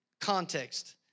context